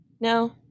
no